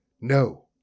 No